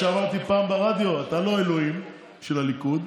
איך שאמרתי פעם ברדיו: אתה לא אלוהים של הליכוד.